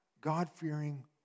God-fearing